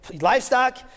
livestock